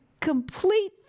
Complete